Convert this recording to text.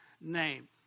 name